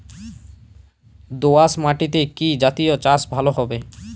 দোয়াশ মাটিতে কি জাতীয় চাষ ভালো হবে?